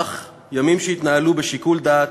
אך ימים שהתנהלו בשיקול דעת,